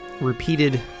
repeated